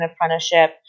apprenticeship